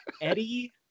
Eddie